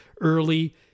early